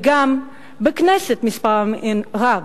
וגם בכנסת מספרן רב,